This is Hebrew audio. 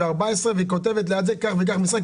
והיא כותבת ליד זה ככה וככה משרה,